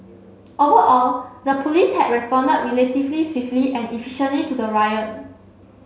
overall the police had responded relatively swiftly and efficiently to the riot